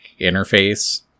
interface